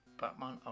Batman